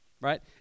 Right